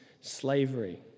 slavery